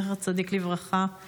זכר צדיק לברכה,